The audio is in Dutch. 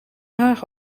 haag